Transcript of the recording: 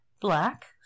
Black